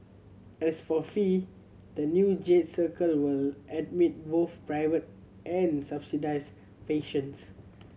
as for fee the new Jade Circle will admit both private and subsidised patients